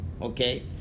Okay